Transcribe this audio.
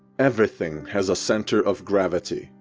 everything has a center of gravity.